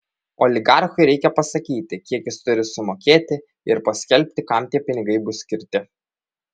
oligarchui reikia pasakyti kiek jis turi sumokėti ir paskelbti kam tie pinigai bus skirti